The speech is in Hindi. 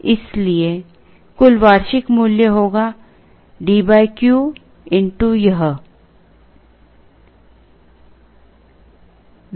इसलिए कुल वार्षिक मूल्य होगा D Q यह